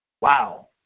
Wow